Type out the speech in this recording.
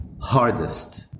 hardest